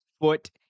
foot